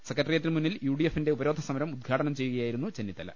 സെക്രട്ടറിയേറ്റിന് മുന്നിൽ U D എഫിന്റെ ഉപരോധ സമരം ഉദ്ഘാടനം ചെയ്യുകയായിരുന്നു ചെന്നിത്തല